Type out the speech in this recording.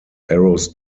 arrows